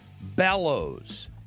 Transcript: bellows